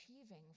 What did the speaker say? achieving